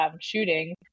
shooting